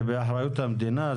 זה באחריות המדינה,